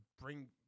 bring